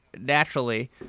naturally